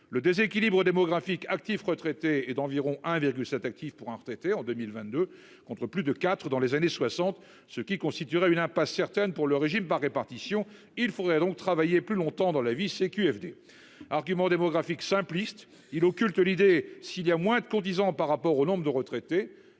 le déséquilibre démographique actifs retraités est d'environ 1,7 actif pour un retraité en 2022 contre plus de 4 dans les années 60, ce qui constituerait une impasse certaines pour le régime par répartition. Il faudrait donc travailler plus longtemps dans la vie. CQFD. Argument démographique simpliste il occulte l'idée, s'il y a moins de cotisants par rapport au nombre de retraités,